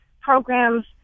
programs